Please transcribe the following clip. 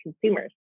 consumers